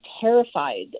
terrified